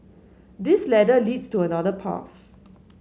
this ladder leads to another path